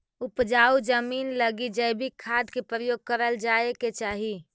उपजाऊ जमींन लगी जैविक खाद के प्रयोग करल जाए के चाही